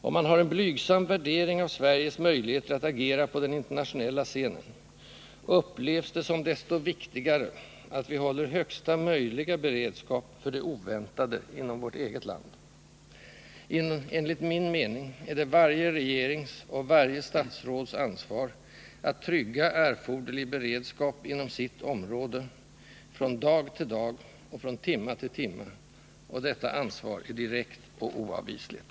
Om man har en blygsam värdering av Sveriges möjligheter att agera på den internationella scenen, upplevs det som desto viktigare att vi inom vårt eget land håller högsta möjliga beredskap för det oväntade. Enligt min mening är det varje regerings och varje statsråds ansvar att trygga erforderlig beredskap inom sitt område, från dag till dag och från timme till timme, och detta ansvar är direkt och oavvisligt.